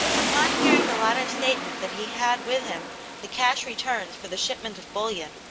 upon hearing the latter's statement that he had with him the cash returns for the shipment of bullion,